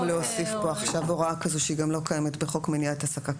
להוסיף פה עכשיו הוראה כזו שלא קיימת בחוק מניעת העסקה.